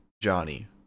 Johnny